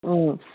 ꯑꯪ